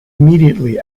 immediately